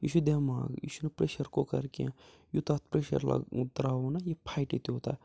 یہِ چھُ دٮ۪ماغ یہِ چھُنہٕ پریشَر کُکَر کیٚنٛہہ یوٗتاہ پریشَر لَگ ترٛاوَو نہ یہِ فھٹہِ تیوٗتاہ